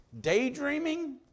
daydreaming